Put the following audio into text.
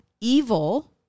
Evil